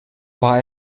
war